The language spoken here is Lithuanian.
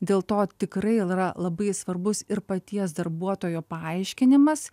dėl to tikrai yra labai svarbus ir paties darbuotojo paaiškinimas